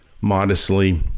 modestly